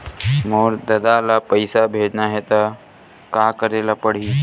मोर ददा ल पईसा भेजना हे त का करे ल पड़हि?